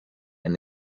and